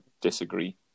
disagree